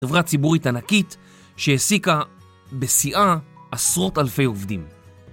חברה ציבורית ענקית שהעסיקה בשיאה עשרות אלפי עובדים.